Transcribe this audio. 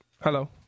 Hello